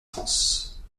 france